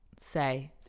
say